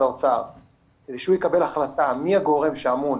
האוצר כדי שהוא יקבל החלטה מי הגורם שאמון